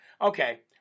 Okay